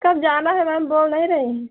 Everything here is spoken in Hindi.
कब जाना है मैम बोल नहीं रहीं हैं